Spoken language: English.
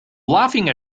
laughing